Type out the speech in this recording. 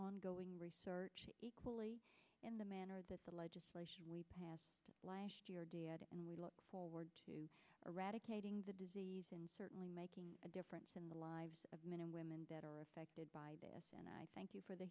ongoing research equally in the manner that the legislation we passed last year did and we look forward to a radical the disease and certainly making a difference in the lives of men and women that are affected by this and i thank you for the